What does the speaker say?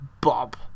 Bob